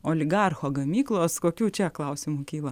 oligarcho gamyklos kokių čia klausimų kyla